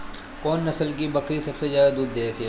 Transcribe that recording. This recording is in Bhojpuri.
कौन नस्ल की बकरी सबसे ज्यादा दूध देवेले?